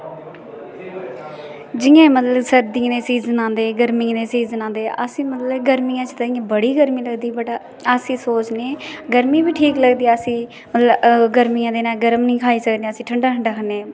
जियां के मतलब सर्दिये दे सीजन आंदे गर्मियै दे सीजन आंदे आसेगी मतलब गर्मीयै च बडी गर्मी लगदी अस एह् सोचने कि गर्मी बी ठीक लगदी आसेगी गर्मिये दे दिने च गर्म नेई खाई सकने अस ठंडा ठंडा खन्ने